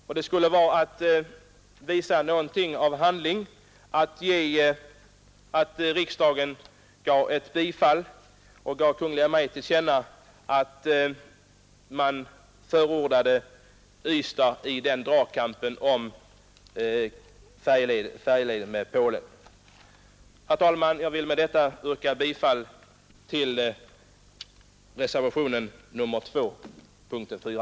Riksdagen skulle visa prov på handlingskraft om den gav Kungl. Maj:t till känna att man förordar Ystad i dragkampen om färjeleden till Polen. Herr talman! Jag vill med detta yrka bifall till reservationen 2 som gäller punkten 4.